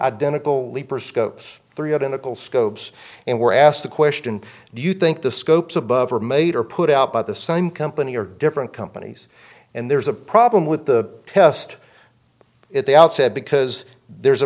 identical leaper scopes three identical scopes and were asked the question do you think the scopes above are made or put out by the same company or different companies and there's a problem with the test at the outset because there's a